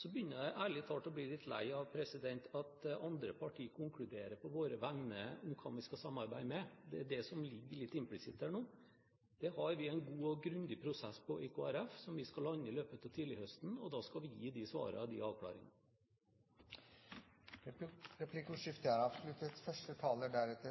Så begynner jeg, ærlig talt, å bli litt lei av at andre partier konkluderer på våre vegne om hvem vi skal samarbeide med. Det er det som ligger litt implisitt her nå. Det har vi en god og grundig prosess på i Kristelig Folkeparti som vi skal lande i løpet av tidlig høst, og da skal vi gi de svarene og de avklaringene. Replikkordskiftet er avsluttet. Venstre